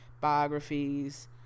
biographies